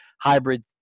hybrid